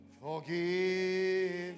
forgive